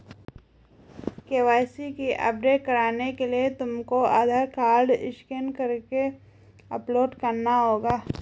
KYC update करने के लिए तुमको आधार कार्ड स्कैन करके अपलोड करना होगा